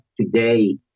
today